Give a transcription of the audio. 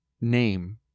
name